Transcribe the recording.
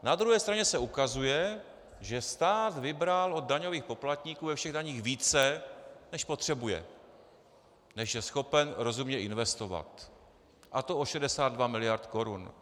Na druhé straně se ukazuje, že stát vybral od daňových poplatníků ve všech daních více, než potřebuje, než je schopen rozumně investovat, a to o 62 mld. korun.